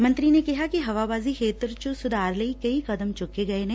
ਮੰਤਰੀ ਨੇ ਕਿਹਾ ਕਿ ਹਵਾਬਾਜ਼ੀ ਖੇਤਰ ਚ ਸੁਧਾਰ ਲਈ ਕਈ ਕਦਮ ਚੁੱਕੇ ਗਏ ਨੇ